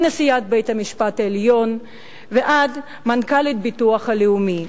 מנשיאת בית-המשפט העליון ועד מנכ"לית הביטוח הלאומי,